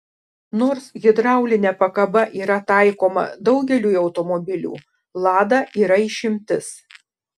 nors hidraulinė pakaba yra taikoma daugeliui automobilių lada yra išimtis